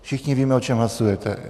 Všichni víme, o čem hlasujeme.